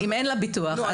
אבל אין לה ביטוח.